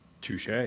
Touche